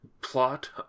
plot